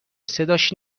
صداش